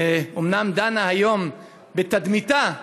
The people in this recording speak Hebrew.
אומנם דנה היום בתדמיתה,